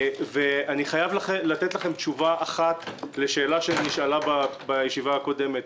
אני חייב לענות לכם תשובה אחת לשאלה שנשאלה בישיבה הקודמת.